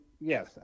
yes